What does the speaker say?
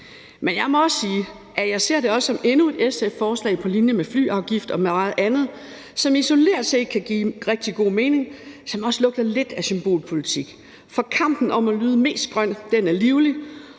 Men jeg må også sige, at jeg ser det som endnu et SF-forslag på linje med flyafgifter og meget andet, som isoleret set kan give rigtig god mening, men som også lugter lidt af symbolpolitik. For kampen om at lyde mest grøn er livlig,